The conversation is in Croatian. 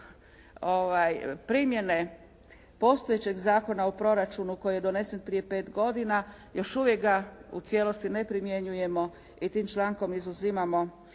primjene postojećeg Zakona o proračunu koji je donesen prije pet godina još uvijek ga u cijelosti ne primjenjujemo i tim člankom izuzimamo